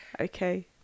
Okay